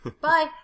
Bye